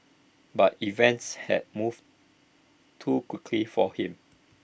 but events had moved too quickly for him